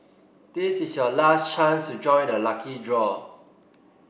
this is your last chance to join the lucky draw